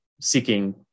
seeking